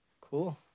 Cool